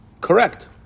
correct